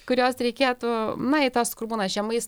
kurios reikėtų na į tos kur būna žemais